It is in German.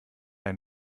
ein